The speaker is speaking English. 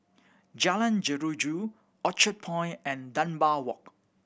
Jalan Jeruju Orchard Point and Dunbar Walk